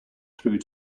through